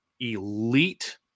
elite